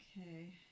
Okay